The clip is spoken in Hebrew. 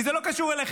כי זה לא קשור אליכם,